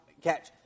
catch